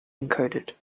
encoded